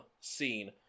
scene